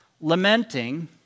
lamenting